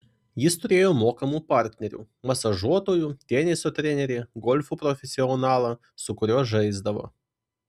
jis turėjo mokamų partnerių masažuotojų teniso trenerį golfo profesionalą su kuriuo žaisdavo